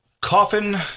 Coffin